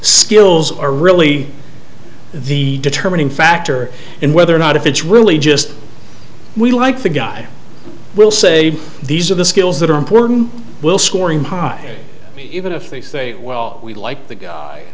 skills are really the determining factor in whether or not if it's really just we like the guy we'll say these are the skills that are important we'll scoring high even if they say well we like the